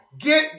Get